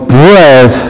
bread